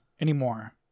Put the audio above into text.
anymore